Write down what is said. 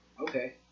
Okay